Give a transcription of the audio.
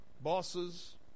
bosses